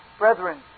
Brethren